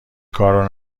کارو